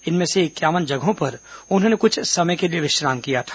इनमें से इक्यावन जगहों पर उन्होंने कुछ समय के लिए विश्राम किया था